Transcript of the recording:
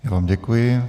Já vám děkuji.